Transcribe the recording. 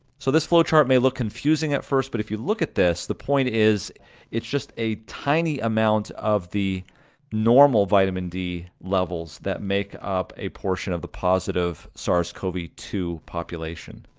so this flow chart may look confusing at first, but if you look at this the point, is it's just a tiny amount of the normal vitamin d levels that make up a portion of the positive sars cov two population.